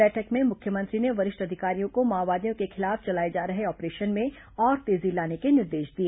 बैठक में मुख्यमंत्री ने वरिष्ठ अधिकारियों को माओवादियों के खिलाफ चलाए जा रहे ऑपरेशन में और तेजी लाने के निर्देश दिए